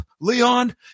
Leon